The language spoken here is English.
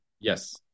Yes